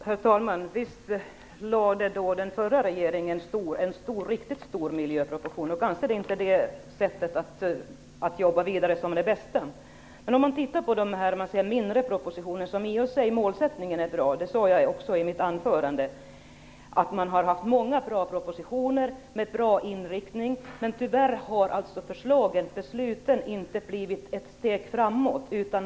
Herr talman! Visst lade den förra regeringen fram en riktigt stor miljöproposition. Det är kanske inte det bästa sättet att jobba vidare. Målsättningen för de mindre propositionerna var i och för sig bra. Jag sade också i mitt anförande att regeringen lagt fram många bra propositioner med bra inrikting. Men tyvärr har besluten inte blivit ett steg framåt.